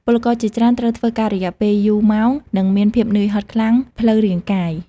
ពលករជាច្រើនត្រូវធ្វើការរយៈពេលយូរម៉ោងនិងមានភាពនឿយហត់ខ្លាំងផ្លូវរាងកាយ។